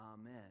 Amen